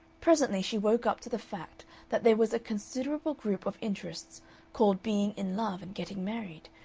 presently she woke up to the fact that there was a considerable group of interests called being in love and getting married,